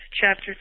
chapter